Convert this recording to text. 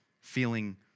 feeling